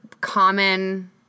common